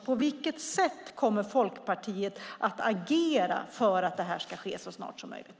På vilket sätt kommer Folkpartiet att agera för att det ska ske så snart som möjligt?